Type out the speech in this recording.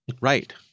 Right